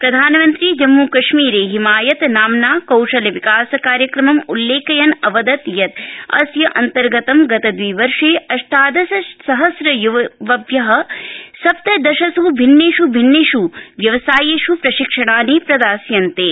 प्रधानमन्त्री जम्मू कश्मीरे हिमायत नाम्ना कौशल विकास कार्यक्रमं उल्लेखयन अवदत यत अस्य अनतर्गतं गतदविवर्ष अष्टादश सहस्रय्वभ्यः सप्तदशस् भिन्नेष् भिन्नेष् व्यवसायेष् प्रशिक्षणानि प्रदास्यन्ते